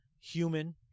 Human